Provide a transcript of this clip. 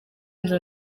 inzu